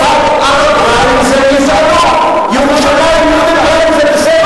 צפת זה גזענות, ירושלים "יודנריין" זה בסדר.